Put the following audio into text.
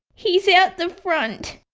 he's out the front